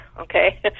Okay